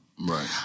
Right